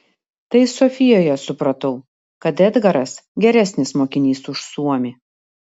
tai sofijoje supratau kad edgaras geresnis mokinys už suomį